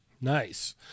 Nice